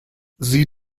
sie